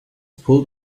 pulled